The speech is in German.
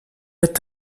wird